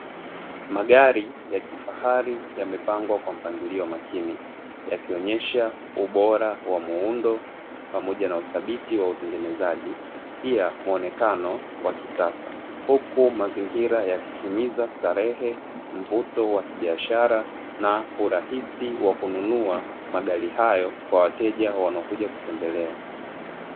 Magari ya kifahari yamepangwa kwa mpangilio makini yakionesha ubora wa muundo pamoja na uthabiti wa utengenezaji pia muonekano wa kisasa, huku mazingira yakihimiza starehe, mvuto wa kibiashara, na urahisi wa kununua magari hayo kwa wateja wanaokuja kutembelea.